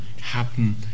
happen